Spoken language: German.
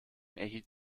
erhielt